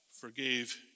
forgave